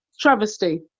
travesty